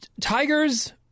Tigers